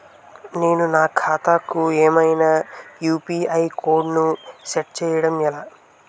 నేను నా ఖాతా కు ఏదైనా యు.పి.ఐ కోడ్ ను సెట్ చేయడం ఎలా?